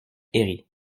herri